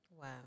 Wow